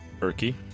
Erky